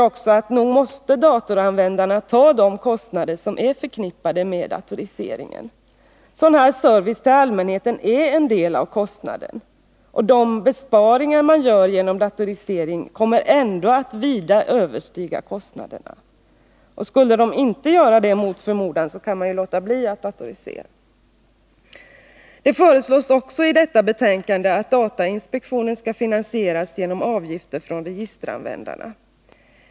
Och nog måste datoranvändarna ta de kostnader som är förknippade med datoriseringen. Sådan här service till allmänheten är en del av kostnaden. Och de besparingar man gör genom datoriseringen kommer ändå att vida överstiga kostnaderna. Skulle de mot förmodan inte göra det, så kan man ju låta bli att datorisera. Det föreslås också i detta betänkande att datainspektionen skall finansieras genom avgifter från registeranvändarna.